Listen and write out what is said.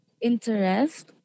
interest